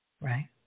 right